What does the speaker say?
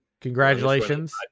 Congratulations